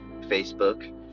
Facebook